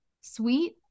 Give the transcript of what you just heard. sweet